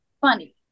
funny